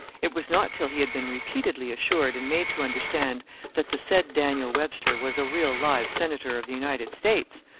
it was not till he had been repeatedly assured and made to understand that the said daniel webster was a real live senator of the united states,